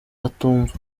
atumva